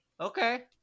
okay